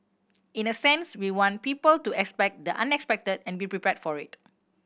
in a sense we want people to expect the unexpected and be prepared for it